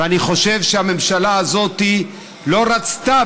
ואני חושב שהממשלה הזאת לא רצתה,